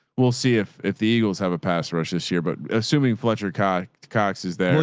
we'll see if if the eagles have a pass rush this year, but assuming fletcher cox cox is there.